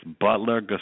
Butler